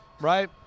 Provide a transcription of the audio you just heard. right